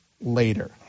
later